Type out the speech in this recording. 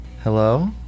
Hello